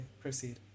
proceed